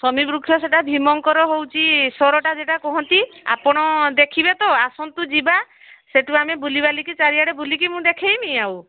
ଶମୀ ବୃକ୍ଷ ସେଇଟା ଭୀମଙ୍କର ହେଉଛି ସ୍ଵରଟା ସେଇଟା କୁହନ୍ତି ଆପଣ ଦେଖିବେ ତ ଆସନ୍ତୁ ଯିବା ସେଇଠୁ ଆମେ ବୁଲିବାଲିକି ଚାରିଆଡ଼େ ବୁଲିକି ମୁଁ ଦେଖେଇମି ଆଉ